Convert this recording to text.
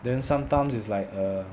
then sometimes is like err